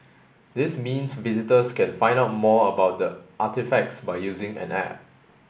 this means visitors can find out more about the artefacts by using an app